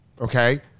Okay